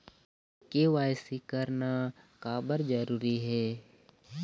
KYC करना का बर जरूरी हे?